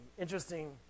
interesting